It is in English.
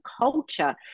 culture